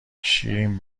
شیرین